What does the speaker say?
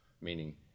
meaning